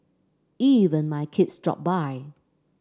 even my kids dropped by